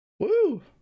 Woo